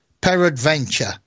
Peradventure